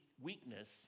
weakness